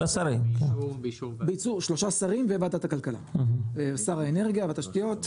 באישור שלושה שרים וועדת הכלכלה שר האנרגיה והתשתיות,